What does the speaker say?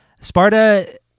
sparta